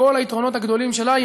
מעבר לכל היתרונות הגדולים שלה.